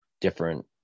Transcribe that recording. different